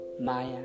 maya